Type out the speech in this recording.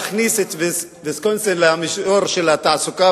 להכניס את ויסקונסין לשיעור של התעסוקה